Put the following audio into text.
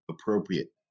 appropriate